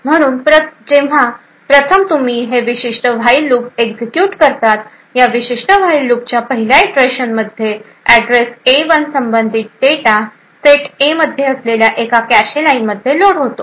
म्हणून जेव्हा प्रथम तुम्ही हे विशिष्ट व्हाईल लूप एक्झिक्युट करतात या विशिष्ट व्हाईल लूप च्या पहिल्या इटरेशन मध्ये ऍड्रेस ए 1 संबंधित डेटा सेट A मध्ये असलेल्या एका कॅशे लाईन मध्ये लोड होतो